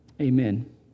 amen